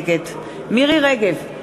נגד מירי רגב,